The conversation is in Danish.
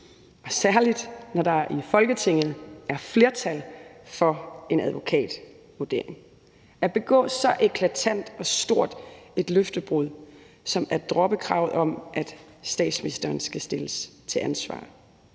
og særlig når der i Folketinget er flertal for en advokatvurdering. Til det at begå så eklatant og stort et løftebrud som at droppe kravet om, at statsministeren skal stilles til ansvar,